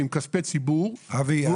מכספי ציבור ולא ייצג את הלומי הקרב.